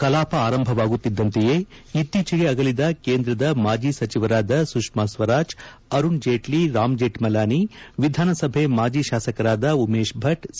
ಕಲಾಪ ಆರಂಭವಾಗುತ್ತಿದ್ದಂತೆಯೇ ಇತ್ತೀಚೆಗೆ ಅಗಲಿದ ಕೇಂದ್ರದ ಮಾಜಿ ಸಚಿವರಾದ ಸುಷ್ಮಾ ಸ್ವರಾಜ್ ಅರುಣ್ ಜೇಟ್ಲಿ ರಾಮ್ ಜೇಠ್ಮಲಾನಿ ವಿಧಾನಸಭೆ ಮಾದಿ ಶಾಸಕರಾದ ಉಮೇಶ್ ಭಟ್ ಸಿ